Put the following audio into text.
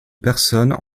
personnes